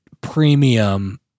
premium